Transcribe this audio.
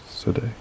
today